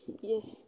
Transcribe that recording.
Yes